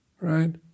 right